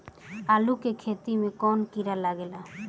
आलू के खेत मे कौन किड़ा लागे ला?